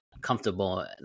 comfortable